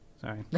Sorry